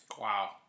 Wow